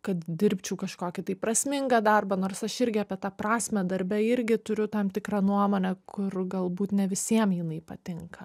kad dirbčiau kažkokį tai prasmingą darbą nors aš irgi apie tą prasmę darbe irgi turiu tam tikrą nuomonę kur galbūt ne visiem jinai patinka